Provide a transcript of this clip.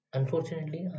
Unfortunately